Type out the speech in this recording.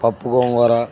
పప్పు గోంగూర